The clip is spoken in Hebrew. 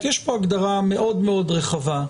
אני מבקש שתחשבו, מעבר להחלטת הממשלה,